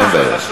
אין בעיה.